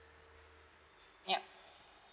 yup